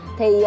thì